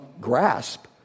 grasp